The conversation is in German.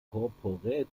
corporate